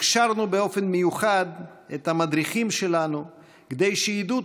הכשרנו באופן מיוחד את המדריכים שלנו כדי שידעו